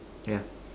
yeah